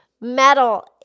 metal